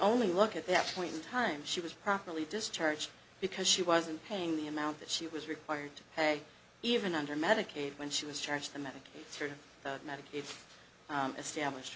only look at that point in time she was properly discharged because she wasn't paying the amount that she was required to pay even under medicaid when she was charged the medical through medicaid established